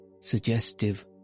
Suggestive